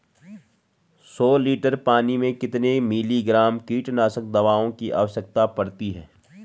सौ लीटर पानी में कितने मिलीग्राम कीटनाशक दवाओं की आवश्यकता पड़ती है?